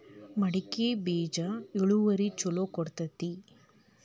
ಮಡಕಿ ಬೇಜ ಇಳುವರಿ ಛಲೋ ಕೊಡ್ತೆತಿ?